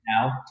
now